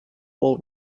will